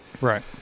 right